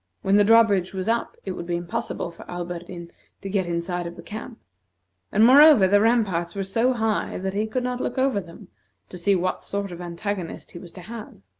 when the drawbridge was up, it would be impossible for alberdin to get inside of the camp and, moreover, the ramparts were so high that he could not look over them to see what sort of antagonist he was to have.